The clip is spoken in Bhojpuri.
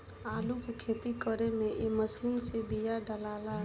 आलू के खेती करे में ए मशीन से बिया डालाला